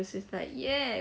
so it's like !yay!